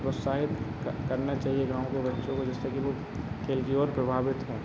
प्रोत्साहित करना चाहिए गाँव के बच्चों को जिससे कि वे खेल की ओर प्रभावित हों